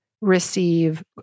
receive